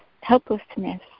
helplessness